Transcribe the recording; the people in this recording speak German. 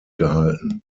gehalten